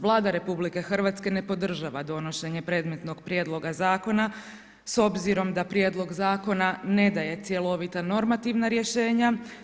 Vlada RH ne podržava donošenje predmetnog prijedloga zakona s obzirom da prijedlog zakona ne daje cjelovita normativna rješenja.